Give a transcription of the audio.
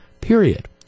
period